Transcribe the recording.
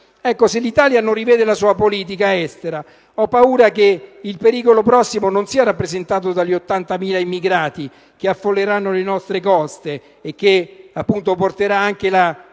Se l'Italia non rivede la sua politica estera ho paura che il pericolo prossimo non sia rappresentato dagli ottantamila immigrati che affolleranno le nostre coste, ma dal fatto che